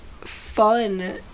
fun